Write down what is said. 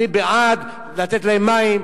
אני בעד לתת להם מים,